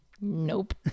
Nope